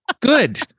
Good